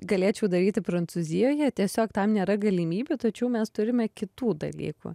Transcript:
galėčiau daryti prancūzijoje tiesiog tam nėra galimybių tačiau mes turime kitų dalykų